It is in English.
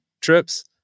trips